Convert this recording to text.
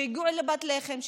שהגיעו לפת לחם,